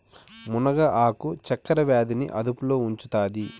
మునగ ఆకు చక్కర వ్యాధి ని అదుపులో ఉంచుతాది